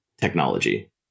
technology